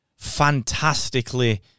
fantastically